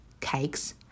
cakes